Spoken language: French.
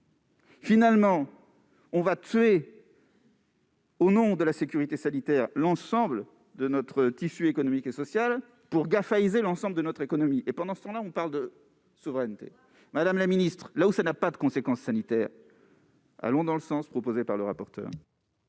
Il a raison ... Au nom de la sécurité sanitaire, on va tuer l'ensemble de notre tissu économique et social pour « GAFAïser » l'ensemble de notre économie ! Et, pendant ce temps, on parle de souveraineté ? Madame la ministre, là où cela n'aurait pas de conséquences sanitaires, allons dans le sens proposé par le rapporteur.